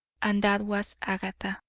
and that was agatha.